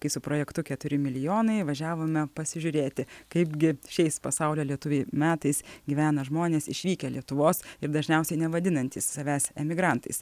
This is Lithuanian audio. kai su projektu keturi milijonai važiavome pasižiūrėti kaipgi šiais pasaulio lietuviai metais gyvena žmonės išvykę lietuvos ir dažniausiai nevadinantys savęs emigrantais